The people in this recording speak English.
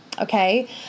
okay